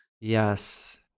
Yes